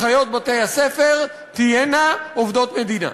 אחיות בתי-הספר תהיינה עובדות המדינה.